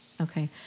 Okay